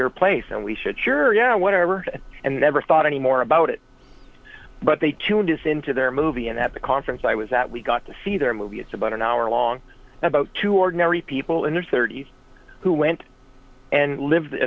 your place and we should sure yeah whatever and never thought any more about it but they tuned in to their movie and at the conference i was at we got to see their movie it's about an hour long about two ordinary people in their thirty's who went and lived